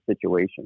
situation